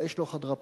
האש לא חדרה פנימה,